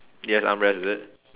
it has armrest is it